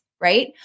right